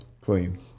clean